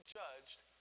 judged